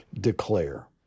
declare